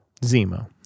zemo